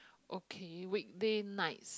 okay weekday nights